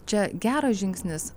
čia geras žingsnis